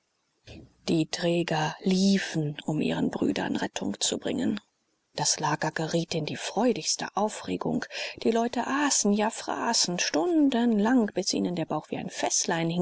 die träger liefen um ihren brüdern rettung zu bringen das lager geriet in die freudigste aufregung die leute aßen ja fraßen stundenlang bis ihnen der bauch wie ein